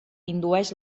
indueix